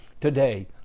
today